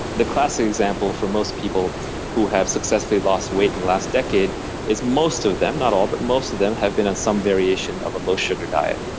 the classic example for most people who have successful lost weight in the last decade is most of them, not all but most of them have been on some variation of a low sugar diet,